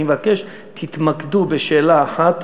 אני מבקש: תתמקדו בשאלה אחת,